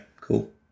cool